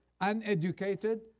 uneducated